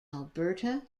alberta